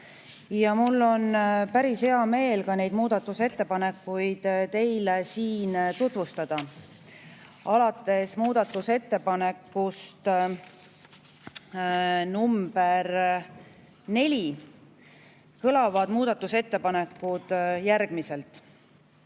ja mul on päris hea meel ka neid muudatusettepanekuid teile tutvustada. Alates muudatusettepanekust nr 4 kõlavad muudatusettepanekud järgmiselt: